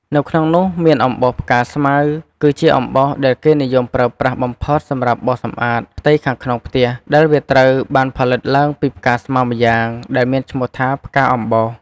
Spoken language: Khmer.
នៅក្នុងនោះមាន អំបោសផ្កាស្មៅ គឺជាអំបោសដែលគេនិយមប្រើប្រាស់បំផុតសម្រាប់បោសសម្អាតផ្ទៃខាងក្នុងផ្ទះ ដែលវាត្រូវបានផលិតឡើងពីផ្កាស្មៅម្យ៉ាង ដែលមានឈ្មោះថាផ្កាអំបោស។